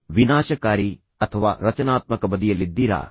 ನೀವು ವಿನಾಶಕಾರಿ ಬದಿಯಲ್ಲಿದ್ದೀರಾ ಅಥವಾ ರಚನಾತ್ಮಕ ಬದಿಯಲ್ಲಿದ್ದೀರಾ